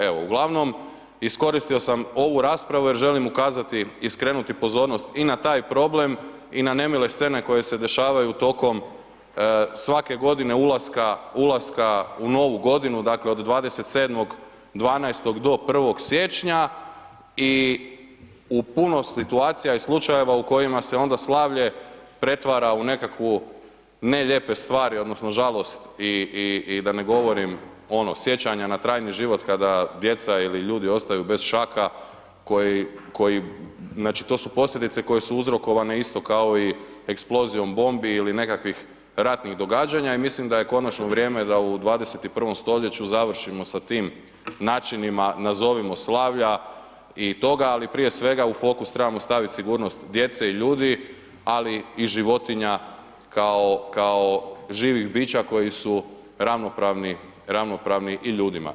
Evo uglavnom iskoristio sam ovu raspravu jer želim ukazati i skrenuti pozornost i na taj problem i na nemile scene koje se dešavaju tokom svake godine ulaska, ulaska u novu godinu dakle od 27.12. do 1.siječnja i u puno situacija i slučajeva u kojima se onda slavlje pretvara u nekakvu ne lijepe stvari odnosno žalosti i da ne govorim ono sjećanja na trajni život kada djeca ili ljudi ostaju bez šaka koji, koji znači to su posljedice koje su uzrokovane isto kao i eksplozijom bombi ili nekakvih ratnih događanja i mislim da je konačno vrijeme da u 21. stoljeću završimo sa tim načinima nazovimo slavlja i toga, ali prije sve u fokus trebamo staviti sigurnost djece i ljudi, ali i životinja kao živih bića koji su ravnopravni, ravnopravni i ljudima.